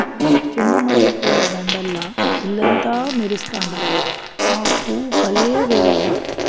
చెండు మల్లె పూల దండల్ల ఇల్లంతా మెరుస్తండాది, ఆ పూవు కలే వేరబ్బా